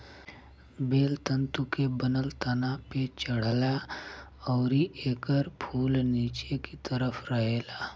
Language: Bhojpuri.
बेल तंतु के बनल तना पे चढ़ेला अउरी एकर फूल निचे की तरफ रहेला